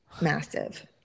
massive